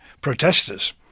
protesters